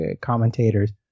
commentators